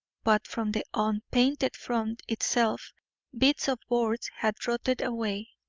but from the unpainted front itself bits of boards had rotted away,